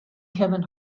kevin